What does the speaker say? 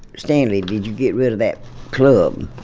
stanley, did you get rid of that club?